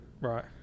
Right